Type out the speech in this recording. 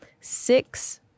six